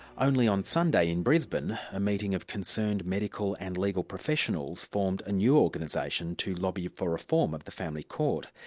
only on sunday in brisbane, a meeting of concerned medical and legal professionals formed a new organisation to lobby for reform of the family court.